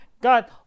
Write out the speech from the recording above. God